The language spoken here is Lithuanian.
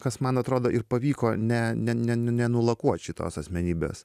kas man atrodo ir pavyko ne ne ne nu nenulakuot šitos asmenybės